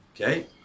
okay